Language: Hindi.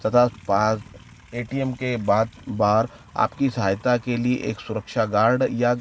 सदा बाहर ए टी एम के बाहर आपकी सहायता के लिए एक सुरक्षा गार्ड या